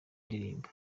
ndirimbo